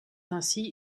ainsi